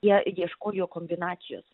jie ieškojo kombinacijos